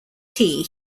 tea